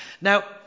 Now